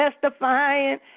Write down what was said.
testifying